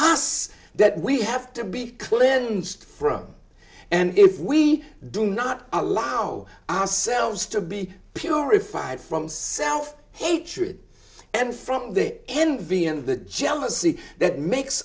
us that we have to be cleansed from and if we do not allow ourselves to be purified from south hatred and from the envy and the jealousy that makes